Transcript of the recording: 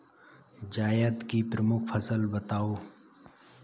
जायद की प्रमुख फसल बताओ